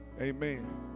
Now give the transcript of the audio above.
Amen